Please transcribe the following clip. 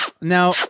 Now